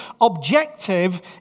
objective